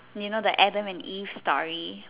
you know the Adam and eve story